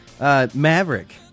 Maverick